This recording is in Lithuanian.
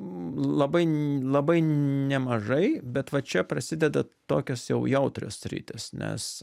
labai labai nemažai bet va čia prasideda tokios jau jautrios sritys nes